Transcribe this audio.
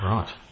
Right